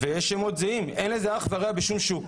יש שמות זהים, ואין לזה אח ורע בשום שוק.